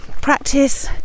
practice